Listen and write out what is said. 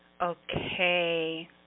Okay